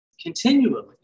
continually